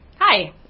Hi